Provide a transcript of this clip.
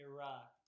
Iraq